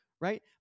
right